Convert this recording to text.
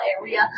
area